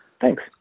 Thanks